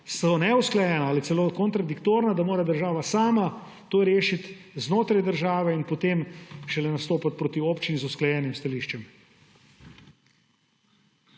neusklajena ali celo kontradiktorna, mora država sama to rešiti znotraj države in šele potem nastopiti proti občini z usklajenim stališčem.